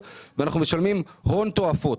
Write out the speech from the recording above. ואנחנו משלמים הון תועפות.